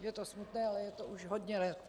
Je to smutné, ale je to už hodně let.